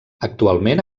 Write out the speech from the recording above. actualment